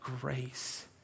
grace